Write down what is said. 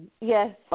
Yes